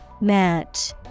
Match